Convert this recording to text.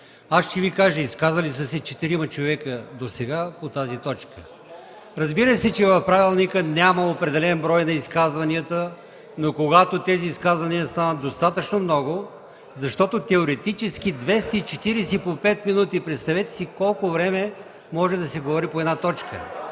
е. Ще Ви кажа: досега са се изказали 4 човека по тази точка. Разбира се, че в правилника няма определен брой на изказванията, но когато те станат достатъчно много, защото теоретически 240 по 5 минути представете си колко време може да се говори по една точка!